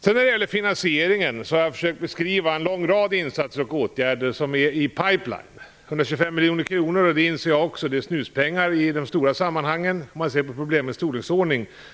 När det sedan gäller finansieringen har jag försökt beskriva en rad insatser och åtgärder som är i pipline. Jag inser också att 125 miljoner kronor är snuspengar i de stora sammanhangen, om man ser på problemets storleksordning.